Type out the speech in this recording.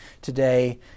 today